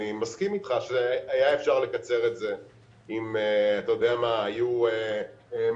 אני מסכים אתך שהיה אפשר לקצר את זה אם היו מקצים